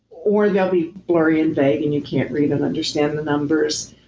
or they'll be blurry and vague and you can't read and understand the numbers.